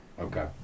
Okay